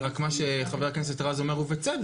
רק מה שחבר הכנסת רז אומר ובצדק,